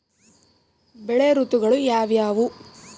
ಬೆಳೆ ಋತುಗಳು ಯಾವ್ಯಾವು?